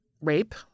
rape